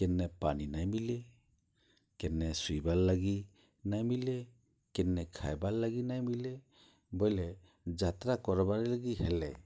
କେନେ ପାନି ନାଇଁ ମିଲି କେନେ ସୁଇବାର୍ ଲାଗି ନାଇଁ ମିଲି କେନେ ଖାଇବାର୍ ଲାଗି ନାଇଁ ମିଲେ ବଏଲେ ଯାତ୍ରା କର୍ବାର୍ ଲାଗି ହେଲେ